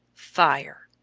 fire!